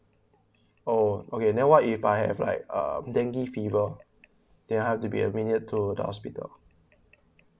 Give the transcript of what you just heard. orh okay then what if I have like uh dengue fever do I have to be admitted to the hospital